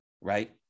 right